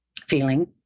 feeling